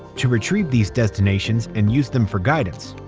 to retrieve these destinations and use them for guidance,